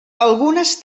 algunes